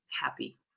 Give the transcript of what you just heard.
happy